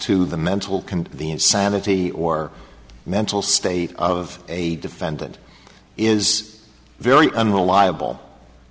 to the mental can the insanity or mental state of a defendant is very unreliable